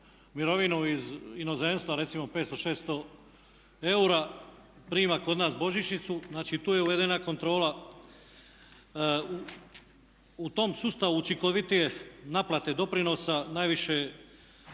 mirovinu iz inozemstva recimo 500, 600 eura prima kod nas božićnicu. Znači tu je uvedena kontrola. U tom sustavu učinkovitije naplate doprinosa najviše